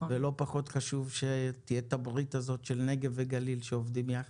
ולא פחות חשוב שתהיה את הברית הזאת של נגב וגליל שעובדים יחד.